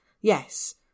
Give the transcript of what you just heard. yes